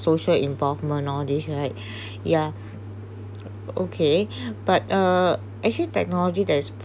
social involvement nowadays right ya okay but uh actually technology does